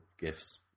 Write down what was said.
gifts